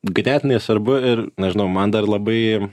ganėtinai svarbu ir nežinau man dar labai